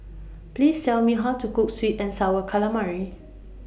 Please Tell Me How to Cook Sweet and Sour Calamari